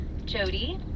Jody